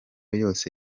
yose